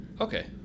Okay